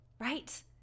Right